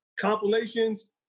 compilations